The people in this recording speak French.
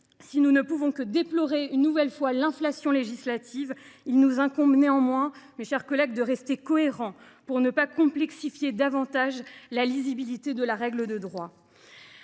Si nous ne pouvons que déplorer, une nouvelle fois, l’inflation législative, il nous incombe néanmoins, mes chers collègues, de rester cohérents pour ne pas nuire davantage à la lisibilité de la règle de droit.